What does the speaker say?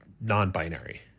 non-binary